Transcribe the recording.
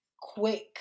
quick